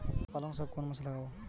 পালংশাক কোন মাসে লাগাব?